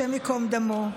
השם ייקום דמו.